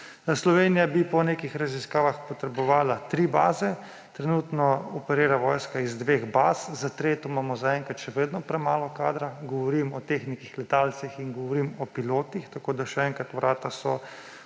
Slovenija bi po nekih raziskavah potrebovala tri baze. Trenutno operira vojska iz dveh baz. Za tretjo imamo še vedno premalo kadra, govorim o tehnikih, letalcih, in govorim o pilotih, tako da še enkrat: vrata so